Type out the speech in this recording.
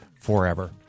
forever